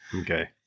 Okay